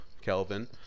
Kelvin